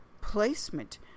placement